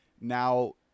now